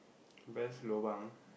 best lobang